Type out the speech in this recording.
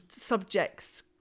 subjects